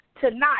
tonight